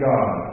God